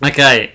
Okay